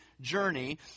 journey